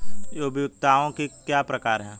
उपयोगिताओं के प्रकार क्या हैं?